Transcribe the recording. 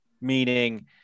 meaning